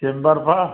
chamber मा